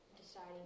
deciding